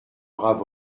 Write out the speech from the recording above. brave